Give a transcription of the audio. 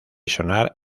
sonar